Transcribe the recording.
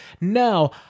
Now